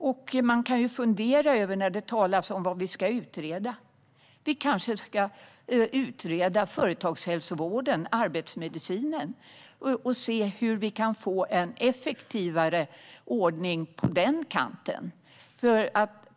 Det talas här om vad vi ska utreda. Vi kanske ska utreda företagshälsovården och arbetsmedicinen och se hur vi kan få en effektivare ordning där.